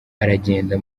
aragenda